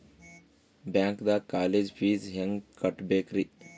ಬ್ಯಾಂಕ್ದಾಗ college fees ಹೆಂಗ್ ಕಟ್ಟ್ಬೇಕ್ರಿ?